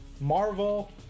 Marvel